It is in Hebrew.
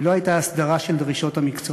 ולא הייתה הסדרה של דרישות המקצוע.